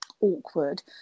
awkward